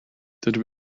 dydw